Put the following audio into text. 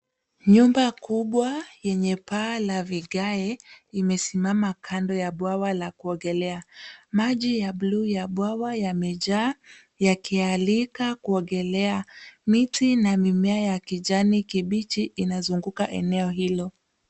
Nyumba kubwa yenye paa la vigae limesimama kando ya bwawa la kuogelea. Maji ya blue ya bwawa yamejaa yakialika kuogelea. Miti na mimea ya kijani kibichi inazunguka eneo hilo.